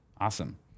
awesome